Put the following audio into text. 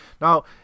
Now